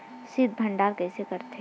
शीत भंडारण कइसे करथे?